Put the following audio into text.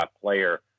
player